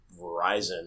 Verizon